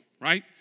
right